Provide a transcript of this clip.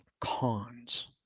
cons